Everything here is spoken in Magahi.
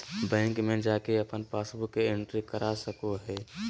बैंक में जाके अपन पासबुक के एंट्री करा सको हइ